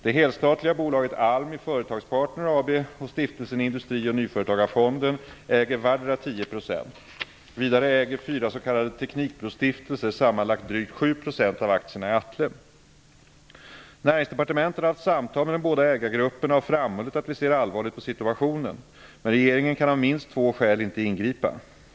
Det helstatliga bolaget ALMI Företagspartner AB och Stiftelsen Vidare äger fyra s.k. teknikbrostiftelser sammanlagt drygt 7 % av aktierna i Atle. Vi i Näringsdepartementet har haft samtal med de båda ägargrupperna och framhållit att vi ser allvarligt på situationen. Men regeringen kan av minst två skäl inte ingripa.